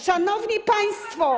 Szanowni Państwo!